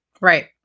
Right